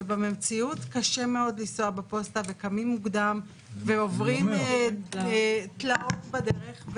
ובמציאות קשה מאוד לנסוע בפוסטה וקמים מוקדם ועוברים תלאות בדרך,